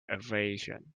aviation